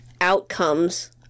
outcomes